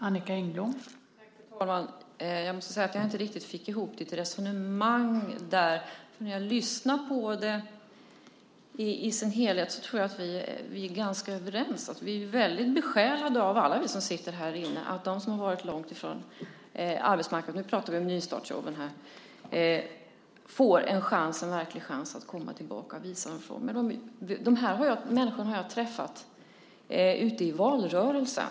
Fru talman! Jag fick inte riktigt ihop Marie Engströms resonemang. Men jag tror att vi är ganska överens. Alla vi som sitter härinne är besjälade av att de som har varit långt ifrån arbetsmarknaden - vi pratar om nystartsjobben - får en verklig chans att komma tillbaka. Jag har träffat dessa människor i valrörelsen.